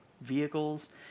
vehicles